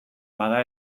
bada